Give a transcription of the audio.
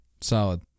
Solid